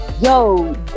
yo